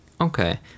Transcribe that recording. Okay